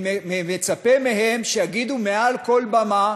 אני מצפה מהם שיגידו מעל כל במה